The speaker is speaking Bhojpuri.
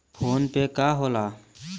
फोनपे का होला?